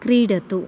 क्रीडतु